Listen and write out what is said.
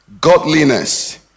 godliness